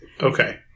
Okay